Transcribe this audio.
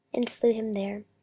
and slew him there.